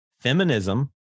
Feminism